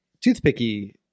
toothpicky